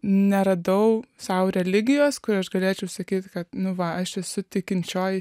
neradau sau religijos kurioj aš galėčiau sakyti kad nu va aš esu tikinčioji